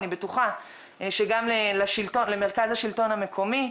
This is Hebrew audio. אני בטוחה שגם למרכז השלטון המקומי,